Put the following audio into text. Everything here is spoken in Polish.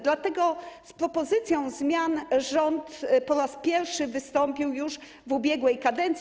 Dlatego z propozycją zmian rząd po raz pierwszy wystąpił już w ubiegłej kadencji.